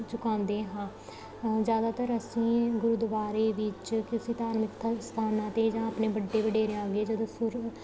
ਝੁਕਾਉਂਦੇ ਹਾਂ ਅ ਜ਼ਿਆਦਾਤਰ ਅਸੀਂ ਗੁਰਦੁਆਰੇ ਵਿੱਚ ਕਿਸੇ ਧਾਰਮਿਕ ਸਥਾਨਾਂ 'ਤੇ ਜਾਂ ਆਪਣੇ ਵੱਡੇ ਵਡੇਰਿਆਂ ਆ ਗਏ ਜਦੋਂ ਸ਼ੁ